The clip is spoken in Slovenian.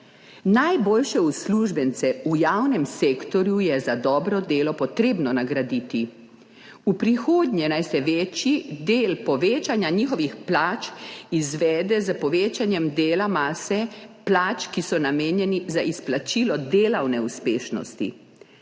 Najboljše uslužbence v javnem sektorju je za dobro delo potrebno nagraditi. V prihodnje naj se večji del povečanja njihovih plač izvede s povečanjem dela mase plač, ki so namenjeni za izplačilo delovne uspešnosti.